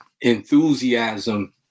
enthusiasm